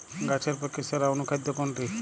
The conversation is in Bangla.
গাছের পক্ষে সেরা অনুখাদ্য কোনটি?